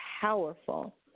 powerful